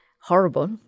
horrible